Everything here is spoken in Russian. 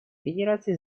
федерации